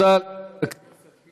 תודה לחבר הכנסת חיליק בר.